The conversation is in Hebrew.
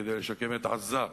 כדי לשקם את עזה.